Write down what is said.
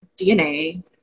DNA